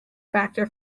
factor